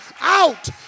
out